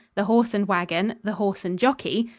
the horse and wagon, the horse and jockey,